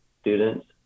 students